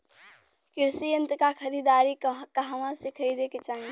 कृषि यंत्र क खरीदारी कहवा से खरीदे के चाही?